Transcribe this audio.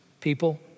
people